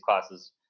classes